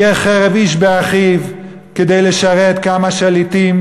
יהיה "חרב איש באחיו" כדי לשרת כמה שליטים